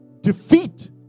defeat